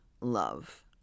love